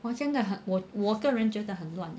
我真的我我个人觉得很乱